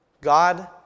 God